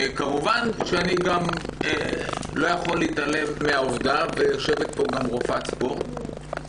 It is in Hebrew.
כמובן שאני גם לא יכול להתעלם מן העובדה יושבת פה גם רופאת ספורט,